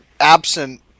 absent